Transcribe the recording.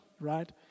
right